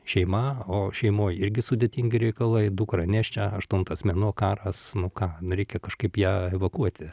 šeima o šeimoj irgi sudėtingi reikalai dukra nėščia aštuntas mėnuo karas nu ką reikia kažkaip ją evakuoti